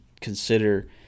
consider